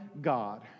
God